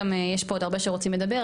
גם יש פה עוד הרבה שרוצים לדבר.